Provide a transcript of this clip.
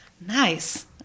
nice